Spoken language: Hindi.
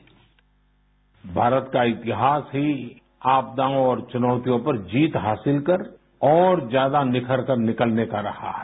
बाईट भारत का इतिहास ही आपदाओं और चुनौतियों पर जीत हासिल कर और ज्यादा निखरकर निकलने का रहा है